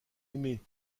aimé